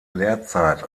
lehrzeit